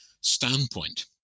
standpoint